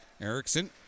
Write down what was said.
Erickson